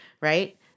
right